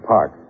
Park